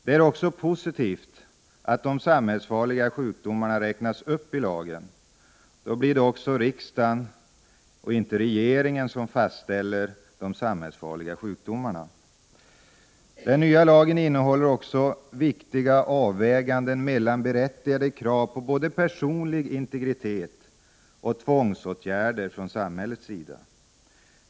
Det är också positivt att de samhällsfarliga sjukdomarna räknas upp i lagen. Därmed blir det också riksdagen och inte regeringen som fastställer de samhällsfarliga sjukdomarna. Den nya lagen innehåller också viktiga avväganden mellan berättigade krav på både personlig integritet och tvångsåtgärder från samhällets sida.